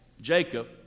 Jacob